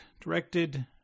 directed